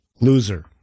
loser